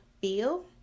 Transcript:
feel